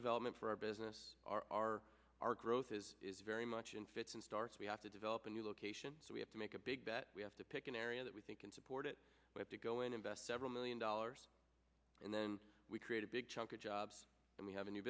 development for our business our our our growth is is very much in fits and starts we have to develop a new location so we have to make a big bet we have to pick an area that we think can support it but to go in invest several million dollars and then we create a big chunk of jobs and we have a new